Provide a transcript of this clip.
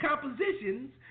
compositions